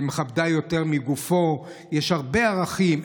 מכבדה יותר מגופו, יש הרבה ערכים.